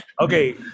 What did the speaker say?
Okay